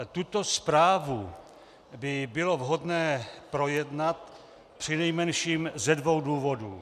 Tuto zprávu by bylo vhodné projednat přinejmenším ze dvou důvodů.